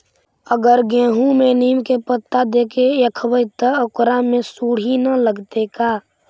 अगर गेहूं में नीम के पता देके यखबै त ओकरा में सुढि न लगतै का?